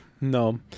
No